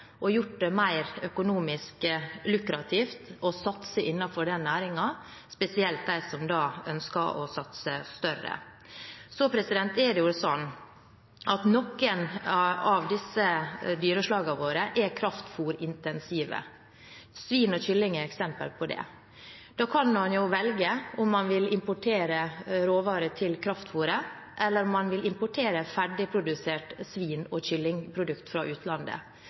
og gjort det mer økonomisk lukrativt å satse innenfor den næringen, spesielt for dem som ønsker å satse større. Så er det sånn at noen av dyreslagene våre er kraftfôrintensive. Svin og kylling er eksempler på det. Da kan man velge om man vil importere råvarer til kraftfôret, eller om man vil importere ferdigproduserte svine- og kyllingprodukter fra utlandet.